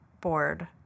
board